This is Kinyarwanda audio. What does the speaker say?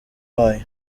wayo